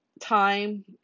time